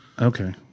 Okay